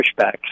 pushback